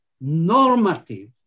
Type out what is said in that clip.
normative